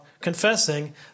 confessing